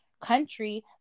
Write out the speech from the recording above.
country